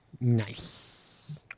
Nice